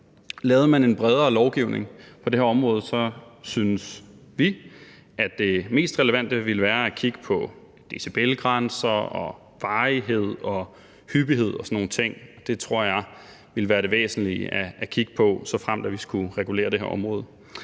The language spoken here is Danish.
Lavede man en bredere lovgivning på det her område, synes vi, at det mest relevante ville være at kigge på decibelgrænser og varighed og hyppighed og sådan nogle ting. Det tror jeg ville være det væsentlige at kigge på, såfremt vi skulle regulere det her område.